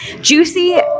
Juicy